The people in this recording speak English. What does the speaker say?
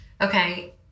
okay